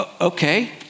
okay